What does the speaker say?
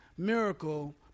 miracle